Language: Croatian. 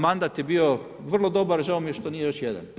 Mandat je bio vrlo dobar, žao mi je što nije još jedan.